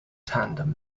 tandem